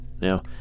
Now